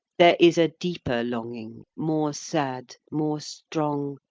there is a deeper longing, more sad, more strong,